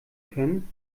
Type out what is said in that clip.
können